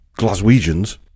Glaswegians